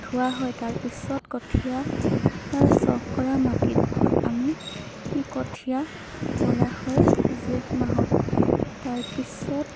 থোৱা হয় তাৰপিছত কঠিয়া চহ কৰা মাটিডোখৰত আমি কঠিয়া পৰা হয় জেঠ মাহত তাৰপিছত